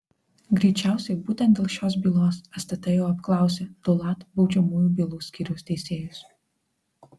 greičiausiai būtent dėl šios bylos stt jau apklausė du lat baudžiamųjų bylų skyriaus teisėjus